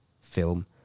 film